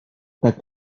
tak